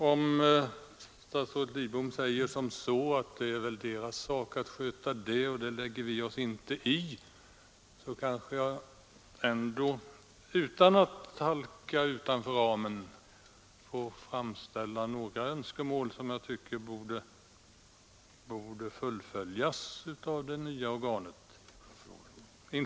Om statsrådet Lidbom säger att det är det nya organets sak att sköta det, att SBN inte lägger sig i det, kanske jag ändå — utan att halka utanför ramen — får framställa önskemål om några frågor som jag tycker borde följas upp av det nya organet.